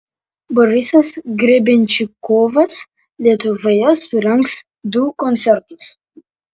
borisas grebenščikovas lietuvoje surengs du koncertus